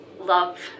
love